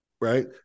Right